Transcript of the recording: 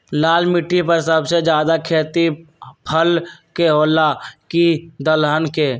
लाल मिट्टी पर सबसे ज्यादा खेती फल के होला की दलहन के?